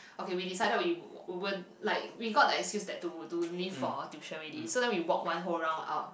okay we decided we we were like we got the excuse that to to leave for tuition already so then we walked one whole round out